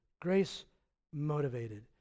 grace-motivated